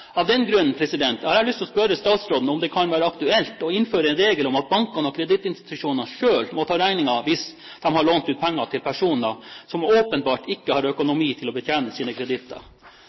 Av den grunn har jeg lyst til å spørre statsråden om det kan være aktuelt å innføre en regel om at bankene og kredittinstitusjonene selv må ta regningen hvis de har lånt ut penger til personer som åpenbart ikke har økonomi til å betjene sine kreditter.